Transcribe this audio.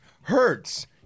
Hurts